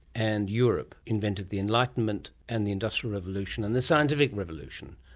and europe invented the enlightenment, and the industrial revolution and the scientific revolution.